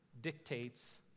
dictates